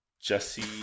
Jesse